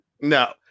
no